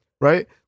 right